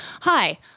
Hi